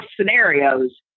scenarios